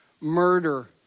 murder